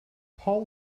paul